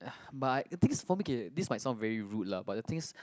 but the things for me k this might sound very rude lah but the things